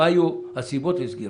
מה היו הסיבות לסגירתו.